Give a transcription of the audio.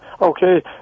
Okay